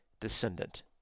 descendant